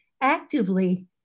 actively